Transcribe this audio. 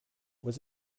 was